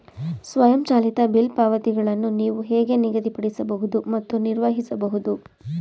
ಸ್ವಯಂಚಾಲಿತ ಬಿಲ್ ಪಾವತಿಗಳನ್ನು ನೀವು ಹೇಗೆ ನಿಗದಿಪಡಿಸಬಹುದು ಮತ್ತು ನಿರ್ವಹಿಸಬಹುದು?